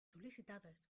sol·licitades